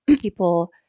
people